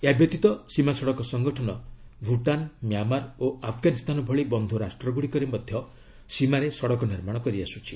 ଏହାବ୍ୟତୀତ ସୀମା ସଡ଼କ ସଂଗଠନ ଭୂଟାନ ମ୍ୟାଁମାର ଓ ଆଫଗାନିସ୍ତାନ ଭଳି ବନ୍ଧୁ ରାଷ୍ଟ୍ରଗୁଡ଼ିକରେ ମଧ୍ୟ ସୀମାରେ ସଡ଼କ ନିର୍ମାଣ କରିଆସୁଛି